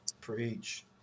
Preach